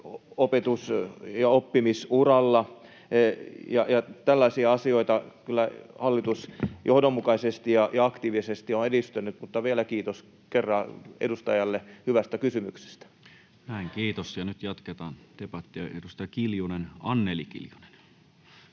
opetus- ja oppimisuralla. Tällaisia asioita. Kyllä hallitus johdonmukaisesti ja aktiivisesti on edistänyt. — Vielä kerran kiitos edustajalle hyvästä kysymyksestä. Näin, kiitos. — Nyt jatketaan debattia. — Edustaja Anneli Kiljunen.